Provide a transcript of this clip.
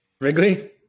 Wrigley